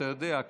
אתה יודע.